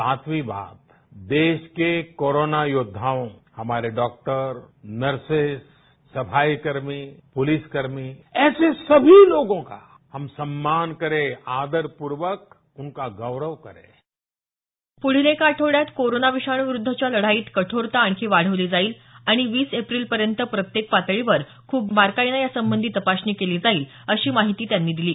सातवी बात देश के कोरोना यौद्धा हमारे डॉक्टर नर्सेस सफाईकर्मी पोलिस कर्मी ऐसे सभी लोगोका हम सन्मान करे आदरपूर्वक उनका गौरव करे पुढील एका आठवड्यात कोरोना विषाणूविरुद्धच्या लढाईत कठोरता आणखी वाढवली जाईल आणि वीस एप्रिलपर्यंत प्रत्येक पातळीवर खूप बारकाईनं यासंबंधी तपासणी केली जाईल अशी माहिती त्यांनी दिली